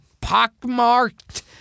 pockmarked